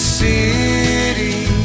city